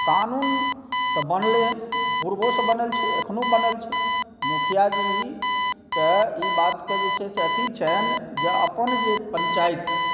कानून तऽ बनलै हँ पुर्वो से बनल छै एखनो बनल छै मुखिआ जीके ई बातके जे छै से अथी छनि जँ अपन जे पञ्चायत